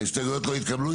ההסתייגויות לא התקבלו.